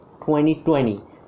2020